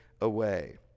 away